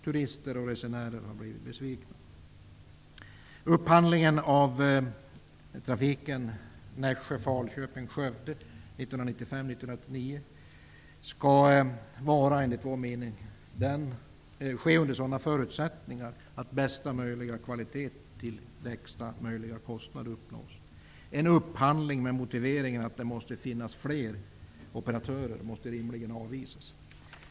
Turister och resenärer har blivit besvikna. Falköping--Skövde för perioden 1995-1999 skall, enligt vår mening, ske under sådana förutsättningarna att bästa möjliga kvalitet till lägsta möjliga kostnad uppnås. En upphandling med motivering att det måste finnas fler operatörer måste rimligen avvisas.